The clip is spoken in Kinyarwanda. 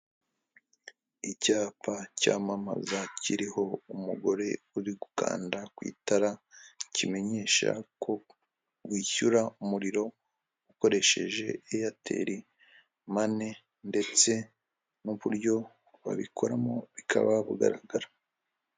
Icyapa cyamamaza kiriho umugore uri gukanda ku itara kimenyesha ko wishyura umuriro ukoresheje Eyateli mani ndetse n'uburyo babikoramo bukaba bugaragara.